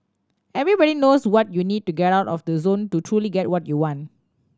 everybody knows what you need to get out of the zone to truly get what you want